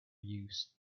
used